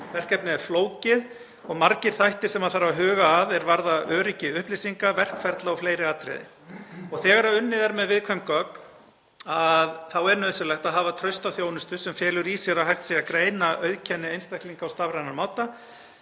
Verkefnið er flókið og margir þættir sem þarf að huga að er varða öryggi upplýsinga, verkferla og fleiri atriði og þegar unnið er með viðkvæm gögn er nauðsynlegt að hafa trausta þjónustu sem felur í sér að hægt sé að greina auðkenni einstaklinga á stafrænan máta